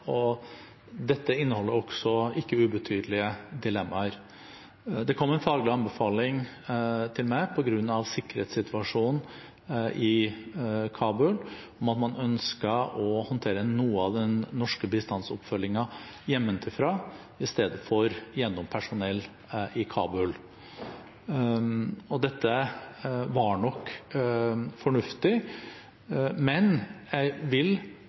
og viktig spørsmål. Dette inneholder også ikke ubetydelige dilemmaer. Det kom en faglig anbefaling til meg på grunn av sikkerhetssituasjonen i Kabul om at man ønsket å håndtere noe av den norske bistandsoppfølgingen hjemmefra i stedet for gjennom personell i Kabul. Dette var nok fornuftig, men jeg vil